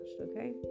okay